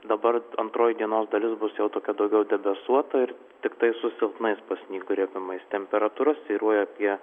dabar antroji dienos dalis bus jau tokia daugiau debesuota ir tiktai su silpnais pasnyguriavimais temperatūra svyruoja apie